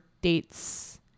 dates